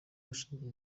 bashinzwe